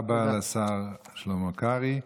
תודה רבה לשר שלמה קרעי.